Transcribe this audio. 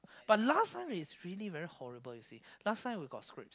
but last time it's really very horrible you see last time we got scripts